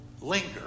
linger